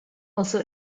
also